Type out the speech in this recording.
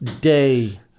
day